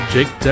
Jake